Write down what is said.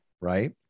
right